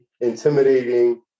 intimidating